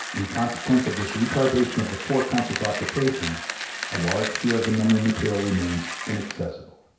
in consequence of this retardation of the foreconscious occupation a large sphere of the memory material remains inaccessible.